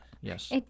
Yes